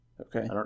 Okay